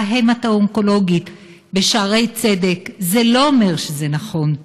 המטו-אונקולוגית בשערי צדק זה לא אומר שזה נכון.